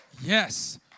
Yes